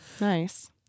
Nice